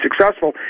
successful